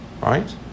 Right